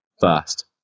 first